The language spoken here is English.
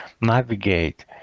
navigate